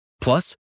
Plus